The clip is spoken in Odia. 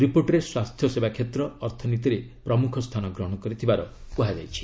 ରିପୋର୍ଟରେ ସ୍ୱାସ୍ଥ୍ୟସେବା କ୍ଷେତ୍ର ଅର୍ଥନୀତିରେ ପ୍ରମୁଖ ସ୍ଥାନ ଗ୍ରହଣ କରିଥିବାର କୁହାଯାଇଛି